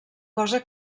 cosa